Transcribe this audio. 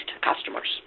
customers